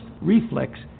reflex